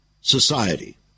society